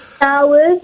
Hours